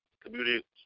community